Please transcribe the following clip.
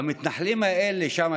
המתנחלים האלה שם,